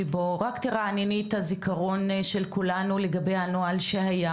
שבו את רק תרענני את הזיכרון של כולנו לגבי הנוהל שהיה